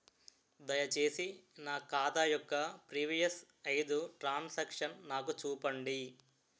దయచేసి నా ఖాతా యొక్క ప్రీవియస్ ఐదు ట్రాన్ సాంక్షన్ నాకు చూపండి